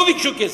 לא ביקשו כסף,